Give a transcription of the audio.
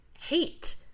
hate